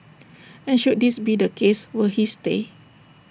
and should this be the case will he stay